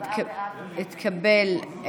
התקבל.